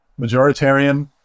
Majoritarian